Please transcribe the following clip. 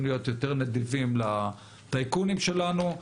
להיות יותר נדיבים לטייקונים שלנו.